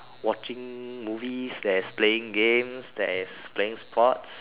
watching movies there's playing games there's playing sports